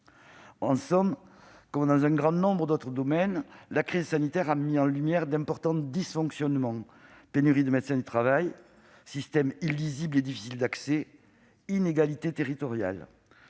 sanitaire, comme dans un grand nombre d'autres domaines, a mis en lumière d'importants dysfonctionnements : pénurie de médecins du travail, systèmes illisibles et difficiles d'accès, inégalités territoriales.